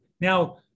now